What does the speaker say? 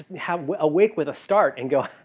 how well awake with the start and go,